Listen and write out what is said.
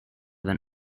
than